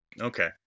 Okay